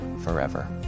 forever